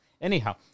Anyhow